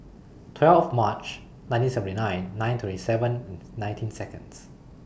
twelve March nineteen seventy nine nine twenty seven nineteen Seconds